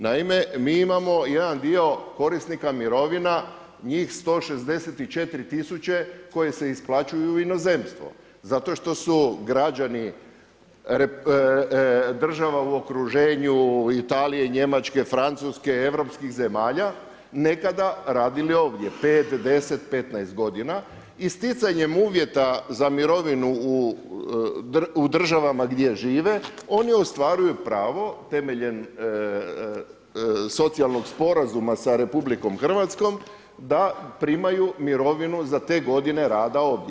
Naime, mi imamo jedan dio korisnika mirovina njih 164.000 koji se isplaćuju u inozemstvu, zato što su građani država u okruženju Italije, Njemačke, Francuske europskih zemalja nekada radili ovdje 5, 10, 15 godina i sticanjem uvjeta za mirovinu u državama gdje žive oni ostvaruju pravo temeljem socijalnog sporazuma sa RH da primaju mirovinu za te godine rada ovdje.